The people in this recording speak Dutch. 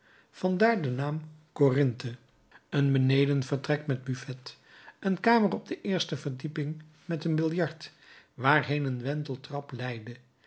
vandaar de naam corinthe een benedenvertrek met buffet een kamer op de eerste verdieping met een biljart waarheen een